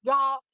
Y'all